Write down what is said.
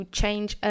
change